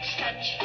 touch